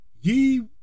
ye